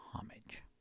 homage